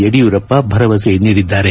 ಯಡಿಯೂರಪ್ಪ ಭರವಸೆ ನೀಡಿದ್ದಾರೆ